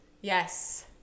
Yes